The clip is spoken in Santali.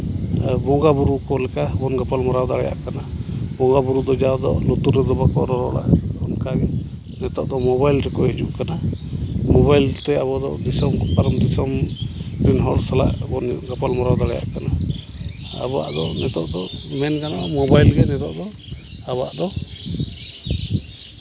ᱵᱚᱸᱜᱟᱼᱵᱳᱨᱳ ᱠᱚ ᱞᱮᱠᱟ ᱵᱚᱱ ᱜᱟᱞᱢᱟᱨᱟᱣ ᱫᱟᱲᱮᱭᱟᱜ ᱠᱟᱱᱟ ᱵᱚᱸᱜᱟᱼᱵᱳᱨᱳ ᱫᱚ ᱡᱟᱣ ᱫᱚ ᱞᱩᱛᱩᱨ ᱨᱮᱫᱚ ᱵᱟᱝ ᱠᱚ ᱨᱚᱨᱚᱲᱟ ᱚᱱᱠᱟᱜᱮ ᱱᱤᱛᱚᱜ ᱫᱚ ᱢᱳᱵᱟᱭᱤᱞ ᱨᱮᱠᱚ ᱦᱤᱡᱩᱜ ᱠᱟᱱᱟ ᱢᱳᱵᱟᱭᱤᱞ ᱛᱮ ᱟᱵᱚ ᱫᱚ ᱫᱤᱥᱚᱢ ᱯᱟᱨᱚᱢ ᱫᱤᱥᱚᱢ ᱨᱮᱱ ᱦᱚᱲ ᱥᱟᱞᱟᱜ ᱵᱚᱱ ᱜᱟᱯᱟᱞ ᱢᱟᱨᱟᱣ ᱫᱟᱲᱮᱭᱟᱜ ᱠᱟᱱᱟ ᱟᱵᱚᱣᱟᱜ ᱫᱚ ᱱᱤᱛᱚᱜ ᱫᱚ ᱢᱮᱱ ᱜᱟᱱᱚᱜᱼᱟ ᱢᱳᱵᱟᱭᱤᱞ ᱜᱮ ᱱᱤᱛᱚᱜ ᱫᱚ ᱟᱵᱚᱣᱟᱜ ᱫᱚ